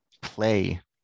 play